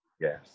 Yes